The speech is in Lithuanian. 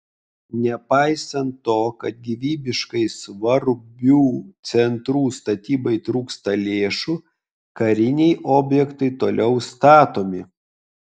nepaisant to kad gyvybiškai svarbių centrų statybai trūksta lėšų kariniai objektai toliau statomi